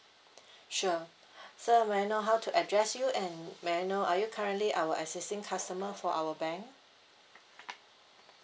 sure sir may I know how to address you and may I know are you currently our existiing customer for our bank